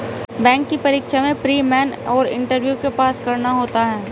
bank की परीक्षा में प्री, मेन और इंटरव्यू को पास करना होता है